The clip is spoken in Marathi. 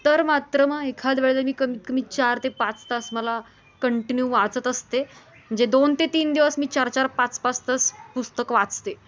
तर मात्र मं एखाद वेळेला मी कमीत कमी चार ते पाच तास मला कंटिन्यू वाचत असते म्हणजे दोन ते तीन दिवस मी चार चार पाच पाच तास पुस्तक वाचते